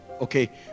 okay